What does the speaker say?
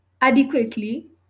adequately